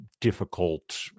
difficult